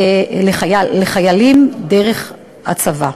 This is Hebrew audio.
לחיילים דרך הצבא.